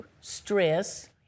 stress